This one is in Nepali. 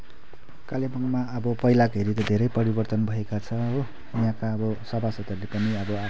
कालेबुङमा अब पहिलाको हेरी त धेरै परिवर्तन भएका छ हो यहाँका अब सभासदहरूले पनि अब आफ्नो आफ्नो